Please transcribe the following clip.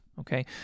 okay